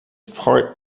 part